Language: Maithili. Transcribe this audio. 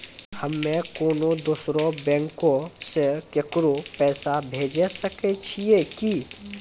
हम्मे कोनो दोसरो बैंको से केकरो पैसा भेजै सकै छियै कि?